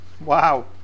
wow